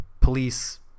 police